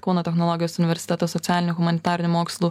kauno technologijos universiteto socialinių humanitarinių mokslų